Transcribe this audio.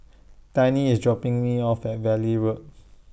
Tiny IS dropping Me off At Valley Road